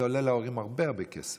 וזה עולה להורים הרבה הרבה כסף.